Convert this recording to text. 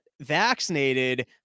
vaccinated